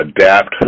adapt